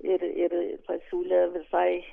ir ir pasiūlė visai